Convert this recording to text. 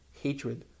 hatred